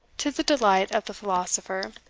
to the delight of the philosopher,